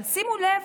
אבל שימו לב